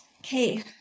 Okay